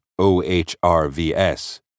OHRVS